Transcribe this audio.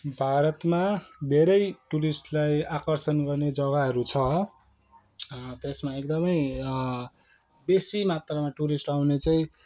भारतमा धेरै टुरिस्टलाई आकर्षण गर्ने जग्गाहरू छ त्यसमा एकदमै बेसी मात्रामा टुरिस्ट आउने चाहिँ